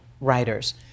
writers